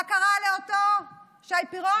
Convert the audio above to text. מה קרה לאותו שי פירון?